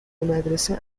مدرسه